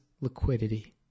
liquidity